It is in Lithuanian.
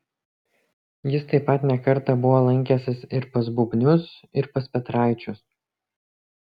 jis taip pat ne kartą buvo lankęsis ir pas bubnius ir pas petraičius